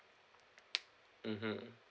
mmhmm